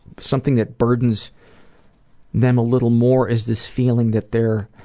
something that burdens them a little more is this feeling that they're,